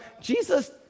Jesus